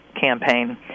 campaign